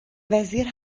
وزیر